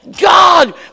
God